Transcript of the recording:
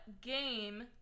game